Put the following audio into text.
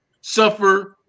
suffer